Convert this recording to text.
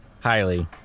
highly